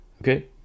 okay